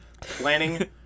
Planning